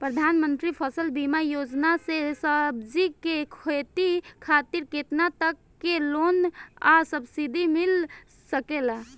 प्रधानमंत्री फसल बीमा योजना से सब्जी के खेती खातिर केतना तक के लोन आ सब्सिडी मिल सकेला?